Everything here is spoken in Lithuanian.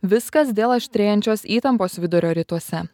viskas dėl aštrėjančios įtampos vidurio rytuose